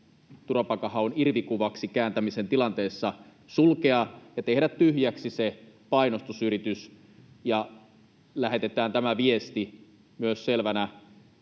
turvapaikanhaun irvikuvaksi kääntämisen tilanteessa sulkea ja tehdä tyhjäksi se painostusyritys. Lähetetään tämä viesti myös selvänä